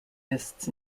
lists